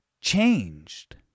changed